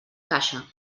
caixa